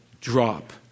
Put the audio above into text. drop